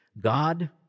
God